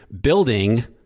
building